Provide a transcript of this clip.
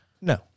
No